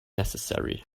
necessary